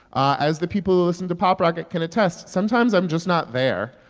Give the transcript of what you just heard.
ah as the people who listen to pop rocket can attest, sometimes i'm just not there